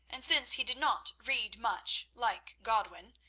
and since he did not read much, like godwin,